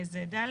זה ד'.